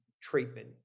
treatment